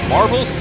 Marvel